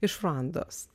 iš ruandos